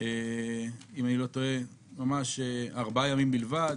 ממש לארבעה ימים בלבד